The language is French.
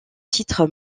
titre